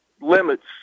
limits